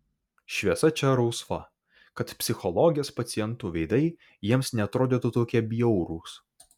šviesa čia rausva kad psichologės pacientų veidai jiems neatrodytų tokie bjaurūs